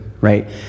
right